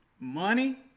money